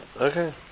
okay